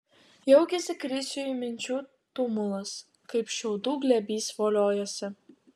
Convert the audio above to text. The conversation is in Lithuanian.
jaukiasi krisiui minčių tumulas kaip šiaudų glėbys voliojasi